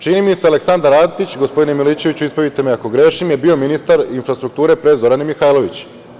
Čini mi se, Aleksandar Antić, gospodine Milićeviću ispravite me ako grešim, je bio ministar infrastrukture pre Zorane Mihajlović.